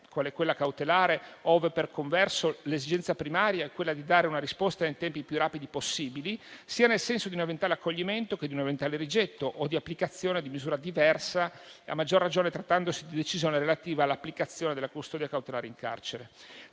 quella cautelare, ove per converso l'esigenza primaria è dare una risposta in tempi più rapidi possibili - sia nel senso di un eventuale accoglimento che di un eventuale rigetto o di applicazione di misura diversa, a maggior ragione trattandosi di decisione relativa all'applicazione della custodia cautelare in carcere.